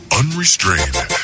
unrestrained